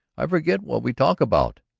i forget what we talk about.